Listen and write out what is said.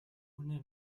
хүний